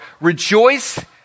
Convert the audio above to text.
rejoice